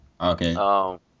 Okay